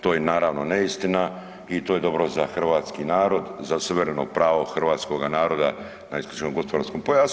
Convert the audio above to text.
To je naravno neistina i to je dobro za hrvatski narod, za suvereno pravo hrvatskoga naroda na isključivom gospodarskom pojasu.